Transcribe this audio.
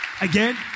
again